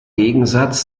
gegensatz